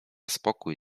spokój